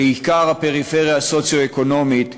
בעיקר הפריפריה הסוציו-אקונומית,